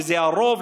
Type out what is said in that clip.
וזה הרוב,